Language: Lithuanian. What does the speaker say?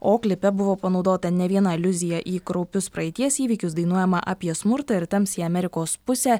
o klipe buvo panaudota ne viena aliuzija į kraupius praeities įvykius dainuojama apie smurtą ir tamsiąją amerikos pusę